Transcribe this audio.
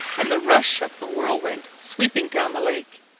and the rush of the whirlwind sweeping down the lake,